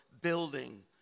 building